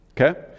okay